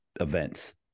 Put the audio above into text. events